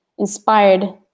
inspired